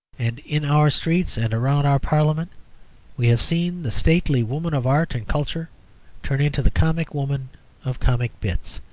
and in our streets and around our parliament we have seen the stately woman of art and culture turn into the comic woman of comic bits.